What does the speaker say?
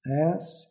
Ask